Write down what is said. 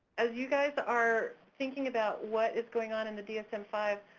as you guys are thinking about what is going on in the dsm five,